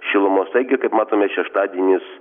šilumos taigi kaip matome šeštadienis